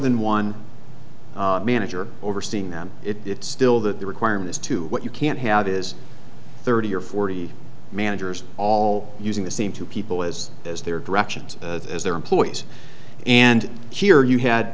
than one manager overseeing them it still that the requirements to what you can't have is thirty or forty managers all using the same two people as as their directions as their employees and here you had